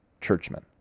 churchmen